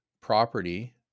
property